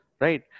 right